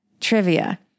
trivia